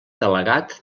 delegat